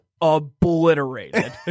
obliterated